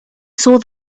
saw